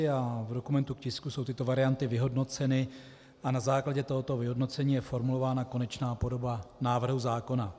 V dokumentu k tisku jsou tyto varianty vyhodnoceny a na základě tohoto vyhodnocení je formulována konečná podoba návrhu zákona.